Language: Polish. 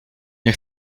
nie